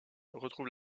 retrouve